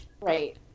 Right